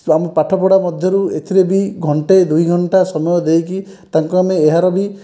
ଆମ ପାଠପଢ଼ା ମଧ୍ୟରୁ ଏଥିରେ ବି ଘଣ୍ଟେ ଦୁଇଘଣ୍ଟା ସମୟ ଦେଇକି ତାଙ୍କୁ ଆମେ ଏହାର ବି